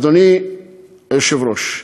אדוני היושב-ראש,